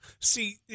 See